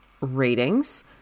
ratings